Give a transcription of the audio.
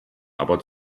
aber